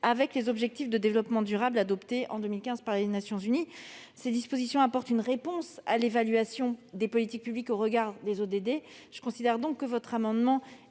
avec les objectifs de développement durable adoptés en 2015 par les Nations unies. Ces dispositions apportent une réponse à l'évaluation des politiques publiques au regard des ODD. Considérant que votre amendement